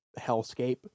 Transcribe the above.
hellscape